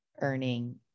earning